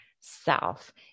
self